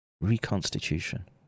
Reconstitution